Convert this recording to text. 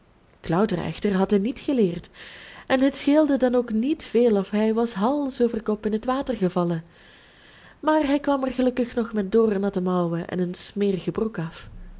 echter had hij niet geleerd en het scheelde dan ook niet veel of hij was hals over kop in het water gevallen maar hij kwam er gelukkig nog met doornatte mouwen en een smerige broek af